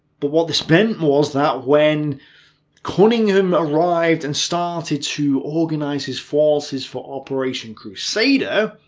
but what this meant was that, when cunningham arrived and started to organise his forces for operation crusader,